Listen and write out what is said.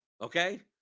Okay